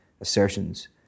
assertions